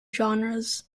genres